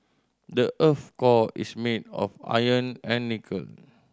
the earth core is made of iron and nickel